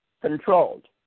controlled